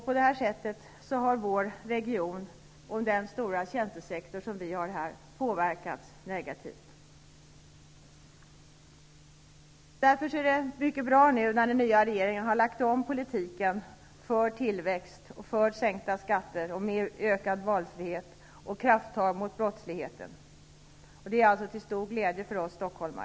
På detta sätt har vår region, och den stora tjänstesektorn vi har här påverkats negativt. Det är därför mycket bra att den nya regeringen har lagt om politiken för tillväxt, sänkta skatter, ökad valfrihet och med krafttag mot brottsligheten. Det är till stor glädje för oss stockholmare.